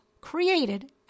created